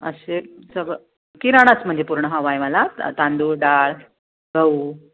असे सगळं किराणाच म्हणजे पूर्ण हवा आहे मला तांदूळ डाळ गहू